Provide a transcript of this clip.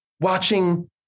watching